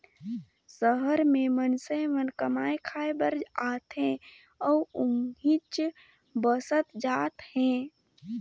सहर में मईनसे मन कमाए खाये बर आथे अउ उहींच बसत जात हें